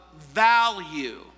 value